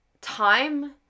time